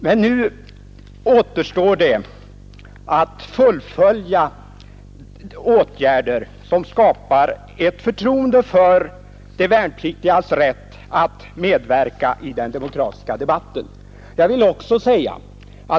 Men nu återstår det att följa upp detta med åtgärder som skapar förtroende hos de värnpliktiga för deras rätt att medverka i den demokratiska debatten.